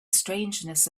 strangeness